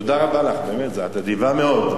תודה רבה לך, באמת, את אדיבה מאוד.